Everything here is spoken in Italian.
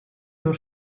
non